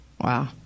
Wow